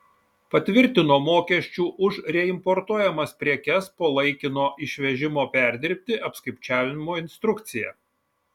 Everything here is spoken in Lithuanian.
patvirtino mokesčių už reimportuojamas prekes po laikino išvežimo perdirbti apskaičiavimo instrukciją